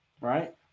right